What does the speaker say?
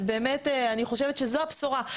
אני באמת חושבת שזו הבשורה.